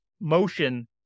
motion